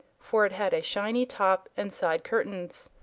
for it had a shiny top and side curtains.